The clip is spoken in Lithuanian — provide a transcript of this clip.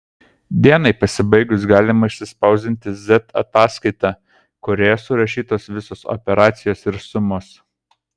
dienai pasibaigus galima išspausdinti z ataskaitą kurioje surašytos visos operacijos ir sumos